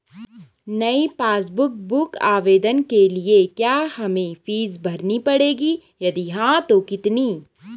नयी passbook book आवेदन के लिए क्या हमें फीस भरनी पड़ेगी यदि हाँ तो कितनी?